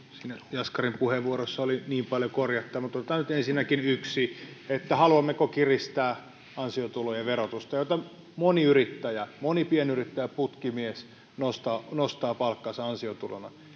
jaskarin puheenvuorossa oli niin paljon korjattavaa mutta otetaan nyt ensinnäkin yksi asia haluammeko kiristää ansiotulojen verotusta moni yrittäjä moni pienyrittäjä putkimies nostaa nostaa palkkansa ansiotulona